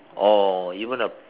oh even a